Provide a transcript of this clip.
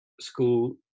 school